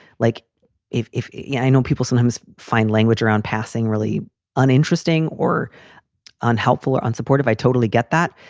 like if if yeah i know people sometimes find language around passing really uninteresting or unhelpful or unsupportive, i totally get that.